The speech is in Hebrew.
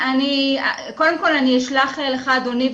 קודם כל אני אשלח לך אדוני,